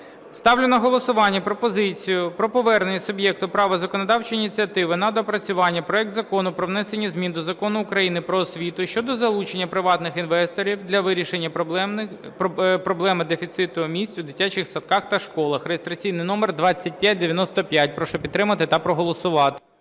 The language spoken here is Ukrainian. Ставлю на голосування пропозицію про повернення суб'єкту права законодавчої ініціативи на доопрацювання проект Закону про внесення змін до Закону України "Про освіту" щодо залучення приватних інвесторів для вирішення проблеми дефіциту місць у дитячих садочках та школах (реєстраційний номер 2595). Прошу підтримати та проголосувати.